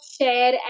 share